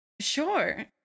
Sure